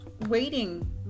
waiting